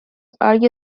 argue